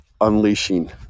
unleashing